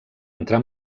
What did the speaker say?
entrar